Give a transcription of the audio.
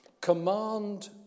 Command